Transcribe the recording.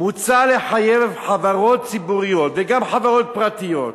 "מוצע לחייב חברות ציבוריות וגם חברות פרטיות,